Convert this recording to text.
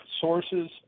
sources